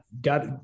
got